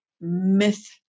myth